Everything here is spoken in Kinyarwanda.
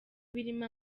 birimo